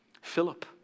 Philip